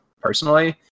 personally